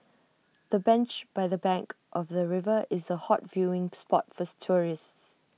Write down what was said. the bench by the bank of the river is A hot viewing spot forth tourists